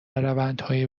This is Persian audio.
روندهایی